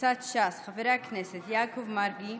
קבוצת סיעת ש"ס, חברי הכנסת יעקב מרגי,